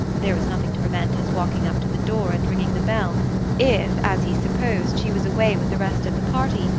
there was nothing to prevent his walking up to the door and ringing the bell if, as he supposed, she was away with the rest of the party,